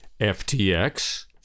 FTX